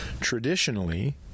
traditionally